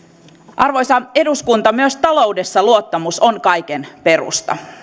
arvoisa eduskunta myös taloudessa luottamus on kaiken perusta